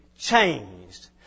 changed